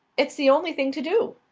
it's the only thing to do.